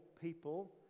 people